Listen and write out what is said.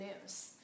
news